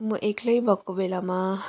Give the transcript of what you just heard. म एक्लै भएको बेलामा